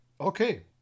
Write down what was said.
Okay